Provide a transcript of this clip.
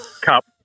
cup